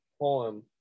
poem